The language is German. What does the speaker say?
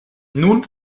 nun